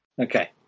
Okay